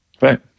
Right